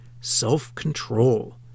self-control